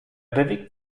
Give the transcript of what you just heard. bewegt